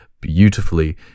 beautifully